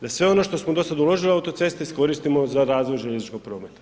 Da sve ono što smo dosada uložili u autoceste iskoristimo za razvoj željezničkog prometa.